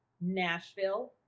nashville